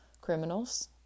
criminals